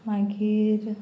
मागीर